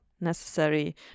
necessary